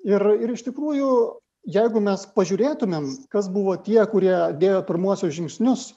ir ir iš tikrųjų jeigu mes pažiūrėtumėm kas buvo tie kurie dėjo pirmuosius žingsnius